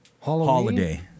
holiday